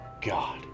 God